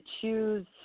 choose